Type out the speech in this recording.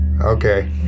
Okay